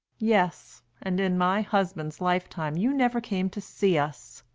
yes and in my husband's lifetime you never came to see us.